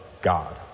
god